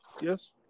yes